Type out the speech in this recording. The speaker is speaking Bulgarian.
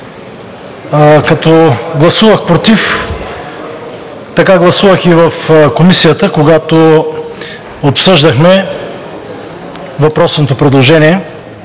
оттук. Гласувах „против“, така гласувах и в комисията, когато обсъждахме въпросното предложение.